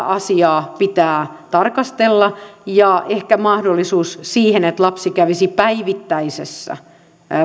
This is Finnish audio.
asiaa pitää tarkastella ja ehkä mahdollisuus siihen että lapsi kävisi päivittäisessä